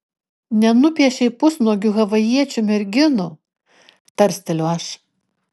nenupiešei pusnuogių havajiečių merginų tarsteliu aš